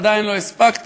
ועדיין לא הספקתי.